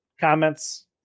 comments